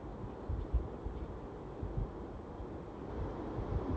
சத்தியமா உனக்கு எதாவது தெரியவா போது:sathiyamaa unakku ethaavathu theriyavaa pothu you know the way